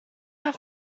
have